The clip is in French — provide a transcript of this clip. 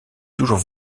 toujours